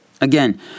Again